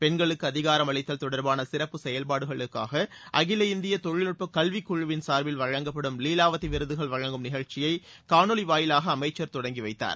பெண்களுக்கு அதிகாரம் அளித்தல் தொடர்பாள சிறப்பான செயல்பாடுகளுக்காக அகில இந்திய தொழில்நுட்பக் கல்விக்குழுவின் சார்பில் வழங்கப்படும் லீவாவதி விருதுகள் வழங்கும் நிகழ்ச்சியை காணொலி வாயிலாக அமைச்சர் தொடங்கி வைத்தார்